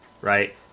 right